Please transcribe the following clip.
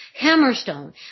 Hammerstone